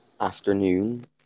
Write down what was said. afternoon